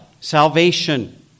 salvation